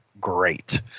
great